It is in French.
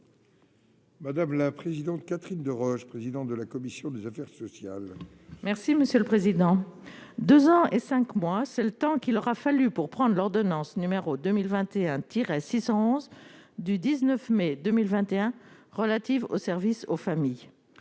Madame la présidente, Catherine Deroche, présidente de la commission des affaires sociales. Merci monsieur le président, 2 ans et 5 mois, c'est le temps qu'il aura fallu pour prendre l'ordonnance numéro 2021 tirs à 611 du 19 mai 2021 relatives au service aux familles